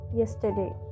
yesterday